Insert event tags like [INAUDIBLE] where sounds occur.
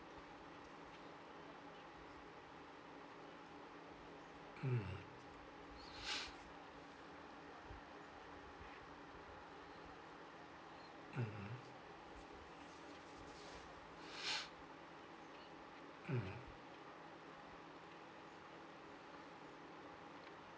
mm [BREATH] mmhmm [BREATH] mmhmm